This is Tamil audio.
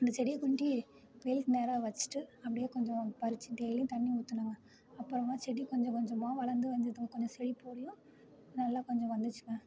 அந்த செடியை கொண்டு வெயிலுக்கு நேராக வச்சிட்டு அப்படியே கொஞ்சம் பறிச்சு டெய்லியும் தண்ணி ஊத்துனாங்கள் அப்புறமா செடி கொஞ்ச கொஞ்சமாக வளர்ந்து வந்தது கொஞ்சம் செழிப்போடயும் நல்லா கொஞ்சம் வந்துச்சுங்க